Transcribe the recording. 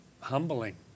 humbling